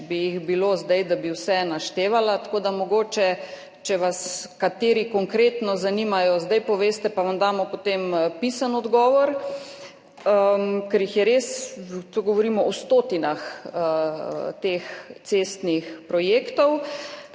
jih je, da bi zdaj vse naštevala. Tako da mogoče, če vas kateri konkretno zanimajo, zdaj poveste pa vam damo potem pisni odgovor. Ker jih je res [veliko], tu govorimo o stotinah teh cestnih projektov.